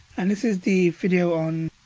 and this is the video on.